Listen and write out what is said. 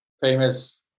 famous